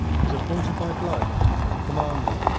was appointed by blood to command her,